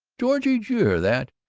georgie, do you hear that?